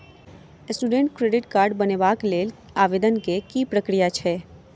Student credit card बनेबाक लेल आवेदन केँ की प्रक्रिया छै?